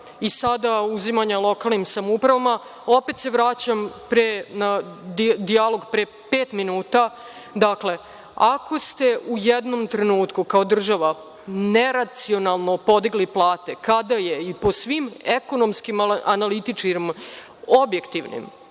i sada uzimanja lokalnim samoupravama, opet se vraćam na dijalog pre pet minuta. Dakle, ako ste u jednom trenutku kao država, neracionalno podigli plate, kada je i po svim ekonomskim analitičarima, objektivnim,